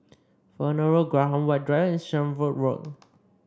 Fernhill Road Graham White Drive and Shenvood Road